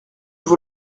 vous